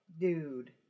dude